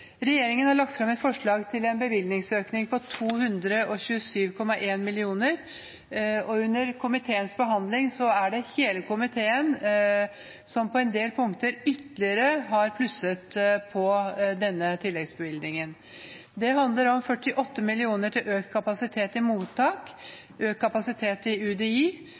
Regjeringen har lagt fram et forslag til en bevilgningsøkning på 227,1 mill. kr, og under komiteens behandling har hele komiteen på en del punkter ytterligere plusset på denne tilleggsbevilgningen. Det handler om 48 mill. kr til økt kapasitet i mottak, økt kapasitet i UDI,